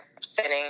sitting